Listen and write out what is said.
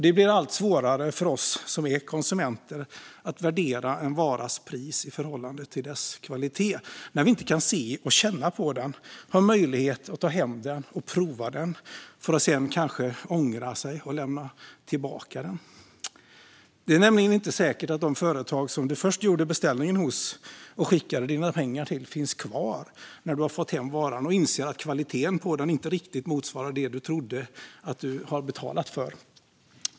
Det blir allt svårare för oss konsumenter att värdera en varas pris i förhållande till dess kvalitet när vi inte kan se och känna på den och ha möjlighet att ta hem den och prova för att sedan kanske ångra oss och lämna tillbaka den. Det är nämligen inte säkert att det företag som du först gjorde beställningen hos och skickade dina pengar till finns kvar när du har fått hem varan och inser att kvaliteten inte riktigt motsvarade det du trodde att du betalat för. Fru talman!